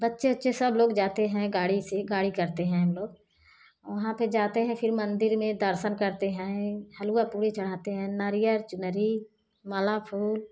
बच्चे ओच्चे सब लोग जाते हैं गाड़ी से गाड़ी करते हैं हम लोग वहाँ पर जाते हैं फिर मंदिर में दर्शन करते हैं हलवा पूरी चढ़ाते हैं नारियल चुनरी माला फूल